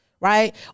Right